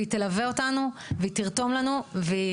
והיא תלווה אותנו ותרתום לנו.